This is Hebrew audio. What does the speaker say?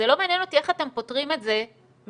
זה לא מעניין אותי איך אתם פותרים את זה ביניכם,